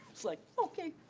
was like, okay,